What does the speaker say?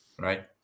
right